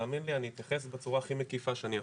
תאמין לי אני אתייחס בצורה הכי מקיפה שאני יכול.